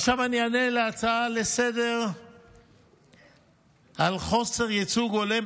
עכשיו אני אענה על ההצעה לסדר-היום על חוסר ייצוג הולם,